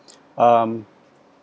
um